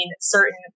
certain